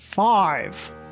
Five